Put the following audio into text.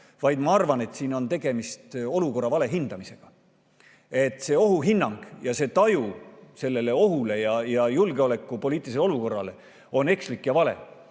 vaid ma arvan, et siin on tegemist olukorra vale hindamisega. See ohuhinnang ja selle ohu ja julgeolekupoliitilise olukorra taju on ekslik ja vale.